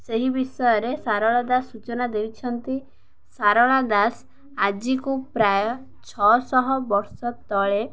ସେହି ବିଷୟରେ ସାରଳା ଦାସ ସୂଚନା ଦେଇଛନ୍ତି ସାରଳା ଦାସ ଆଜିକୁ ପ୍ରାୟ ଛଅଶହ ବର୍ଷ ତଳେ